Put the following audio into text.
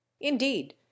Indeed